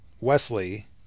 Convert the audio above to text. Wesley